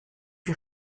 wir